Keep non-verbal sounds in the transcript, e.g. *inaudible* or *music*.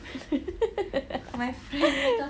*laughs*